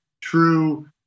true